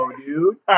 dude